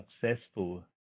successful